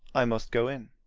i must go in.